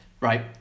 Right